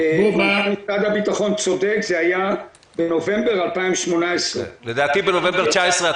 הוא צודק, זה היה בנובמבר 2018. אני